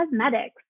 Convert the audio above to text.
cosmetics